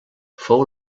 fou